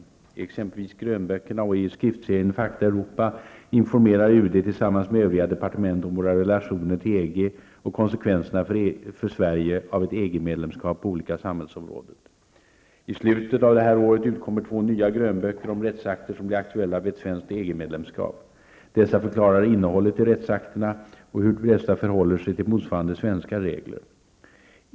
I exempelvis grönböckerna och i skriftserien Fakta Europa informerar UD tillsammans med övriga departement om våra relationer till EG och konsekvenserna för Sverige av ett EG-medlemskap på olika samhällsområden. I slutet av det här året utkommer två nya grönböcker om rättsakter som blir aktuella vid ett svenskt EG-medlemskap. Dessa förklarar innehållet i rättsakterna och hur dessa förhåller sig till motsvarande svenska regler.